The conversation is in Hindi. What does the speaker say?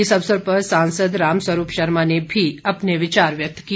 इस अवसर पर सांसद राम स्वरूप शर्मा ने भी अपने विचार व्यक्त किए